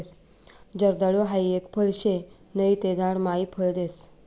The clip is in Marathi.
जर्दाळु हाई एक फळ शे नहि ते झाड मायी फळ देस